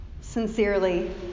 sincerely